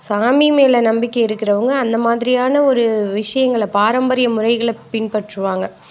சாமி மேலே நம்பிக்கை இருக்கிறவங்க அந்தமாதிரியான ஒரு விஷயங்களை பாரம்பரியம் முறைகளை பின்பற்றுவாங்க